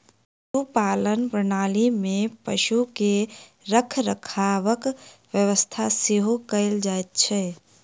पशुपालन प्रणाली मे पशु के रखरखावक व्यवस्था सेहो कयल जाइत छै